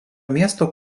miesto